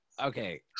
Okay